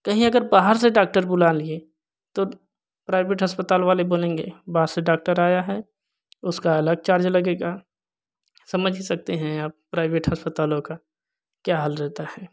कहीं अगर बाहर से डॉक्टर बुला लिए तो प्राइवेट अस्पताल वाले बोलेंगे बाहर से डॉक्टर आया है उसका अलग चार्ज लगेगा समझ ही सकते हैं आप प्राइवेट अस्पतालों का क्या हाल रहता है